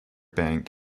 bank